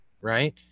right